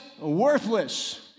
worthless